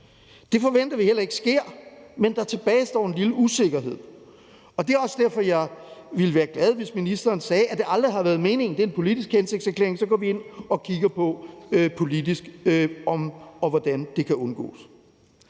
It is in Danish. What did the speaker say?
Det forventer vi heller ikke sker, men der tilbagestår en lille usikkerhed, og det er også derfor, jeg ville være glad, hvis ministeren sagde, at det aldrig har været meningen, og at det er en politisk hensigtserklæring, og at vi går ind politisk og kigger på, om og hvordan det kan undgås.